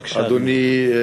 בבקשה, אדוני.